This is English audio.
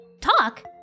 talk